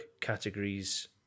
categories